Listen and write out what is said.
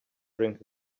drink